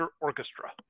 Orchestra